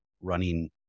running